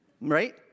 right